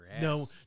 No